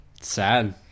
sad